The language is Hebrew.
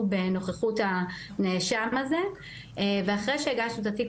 בנוכחות הנאשם הזה ואחרי שהגשנו את התיק,